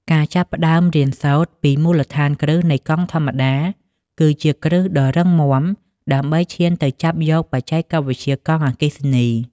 ការចាប់ផ្តើមរៀនសូត្រពីមូលដ្ឋានគ្រឹះនៃកង់ធម្មតា គឺជាគ្រឹះដ៏រឹងមាំដើម្បីឈានទៅចាប់យកបច្ចេកវិទ្យាកង់អគ្គិសនី។